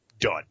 done